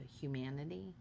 humanity